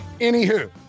Anywho